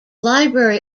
library